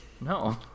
No